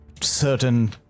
certain